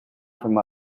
from